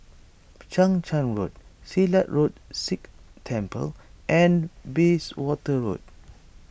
Chang Charn Road Silat Road Sikh Temple and Bayswater Road